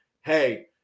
hey